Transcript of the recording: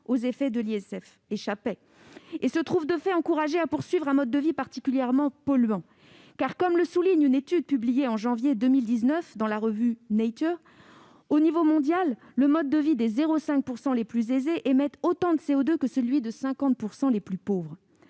aux effets de l'ISF et se trouvait, de fait, encouragé à poursuivre un mode de vie particulièrement polluant. Comme le souligne une étude publiée en janvier 2019 dans la revue scientifique, au niveau mondial, le mode de vie des 0,5 % les plus aisés émet autant de CO2 que celui des 50 % les plus pauvres.